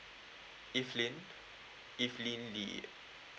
eflaine eflaine lee ah